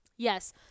Yes